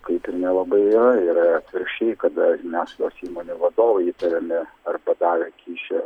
kaip ir nelabai yra yra atvirkščiai kada žiniasklaidos įmonių vadovai įtariami arba davę kyšį arba